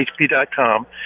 hp.com